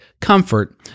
comfort